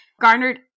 garnered